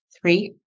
Three